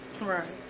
Right